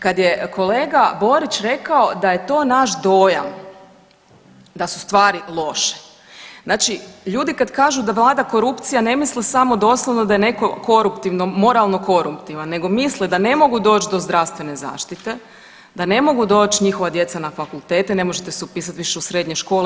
Kada je kolega Borić rekao da je to naš dojam da su stvari loše, znači ljudi kada kažu da vlada korupcija ne misle samo doslovno da je netko koruptivno moralno koruptivan, nego misle da ne mogu doći do zdravstvene zaštite, da ne mogu doći njihova djeca na fakultete, ne možete se upisati više u srednje škole.